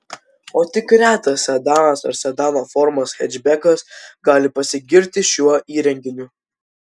o tik retas sedanas ar sedano formos hečbekas gali pasigirti šiuo įrenginiu